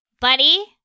Buddy